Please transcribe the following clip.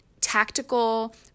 tactical